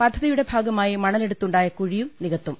പദ്ധതിയുടെ ഭാഗമായി മണലെടുത്തുണ്ടായ കുഴിയും നികത്തും